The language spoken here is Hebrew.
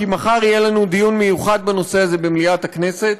כי מחר יהיה לנו דיון מיוחד בנושא הזה במליאת הכנסת,